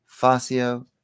fascio